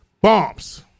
Bombs